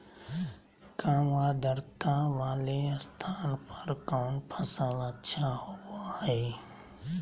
काम आद्रता वाले स्थान पर कौन फसल अच्छा होबो हाई?